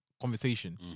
Conversation